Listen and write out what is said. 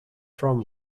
from